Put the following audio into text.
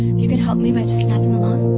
you can help me by snapping along.